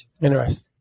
interesting